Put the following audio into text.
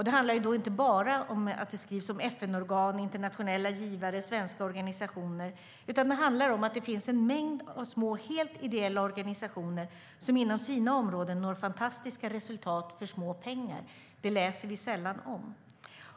Det handlar då inte bara om FN-organ, internationella givare, svenska organisationer utan också om mängder av små helt ideella organisationer som inom sina områden når fantastiska resultat för små pengar. Det läser vi sällan om.